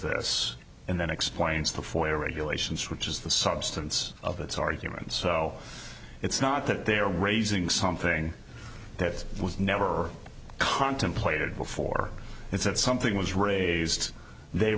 this and then explains before regulations which is the substance of its argument so it's not that they're raising something that was never contemplated before it's that something was raised they